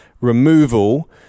removal